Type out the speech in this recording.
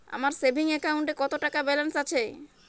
আমার সেভিংস অ্যাকাউন্টে কত টাকা ব্যালেন্স আছে?